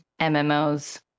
mmos